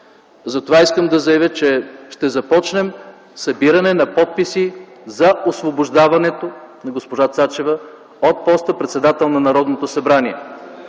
Затова искам да заявя, че ще започнем събиране на подписи за освобождаването на госпожа Цачева от поста председател на Народното събрание.